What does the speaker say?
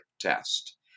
test